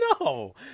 No